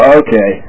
okay